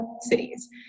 cities